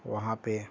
وہاں پہ